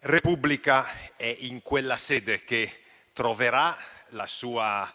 Repubblica è in quella sede che troverà le sue